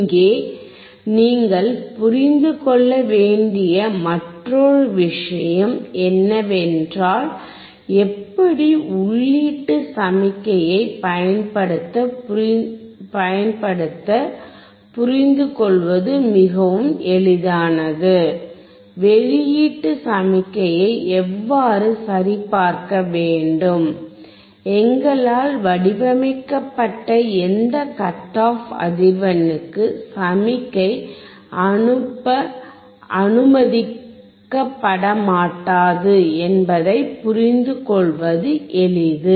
இங்கே நீங்கள் புரிந்து கொள்ள வேண்டிய மற்றொரு விஷயம் என்னவென்றால் எப்படி உள்ளீட்டு சமிக்ஞையைப் பயன்படுத்த புரிந்துகொள்வது மிகவும் எளிதானது வெளியீட்டு சமிக்ஞையை எவ்வாறு சரிபார்க்க வேண்டும் எங்களால் வடிவமைக்கப்பட்ட எந்த கட் ஆப் அதிர்வெண்ணுக்கு சமிக்ஞை அனுப்ப அனுமதிக்கப்படமாட்டாது என்பதைப் புரிந்துகொள்வது எளிது